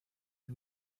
del